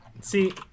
see